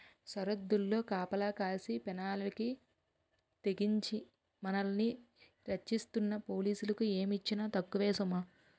సరద్దుల్లో కాపలా కాసి పేనాలకి తెగించి మనల్ని రచ్చిస్తున్న పోలీసులకి ఏమిచ్చినా తక్కువే సుమా